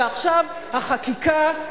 ועכשיו החקיקה,